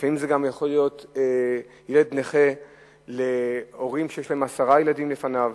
ולפעמים זה גם יכול להיות ילד נכה להורים שיש להם עשרה ילדים לפניו.